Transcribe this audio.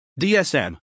DSM